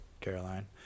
Caroline